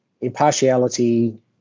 impartiality